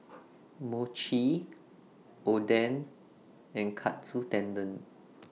Mochi Oden and Katsu Tendon